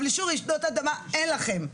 אבל אישור רעידות אדמה אין לכם,